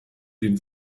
den